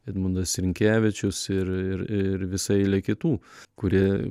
edmundas rinkevičius ir ir ir visa eilė kitų kurie